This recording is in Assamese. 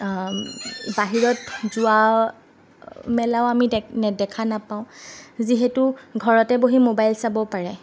বাহিৰত যোৱা মেলাও আমি দে নে দেখা নাপাওঁ যিহেতু ঘৰতে বহি মোবাইল চাব পাৰে